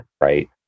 Right